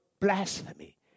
blasphemy